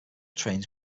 trains